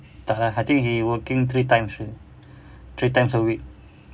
tak lah I think he working three times a week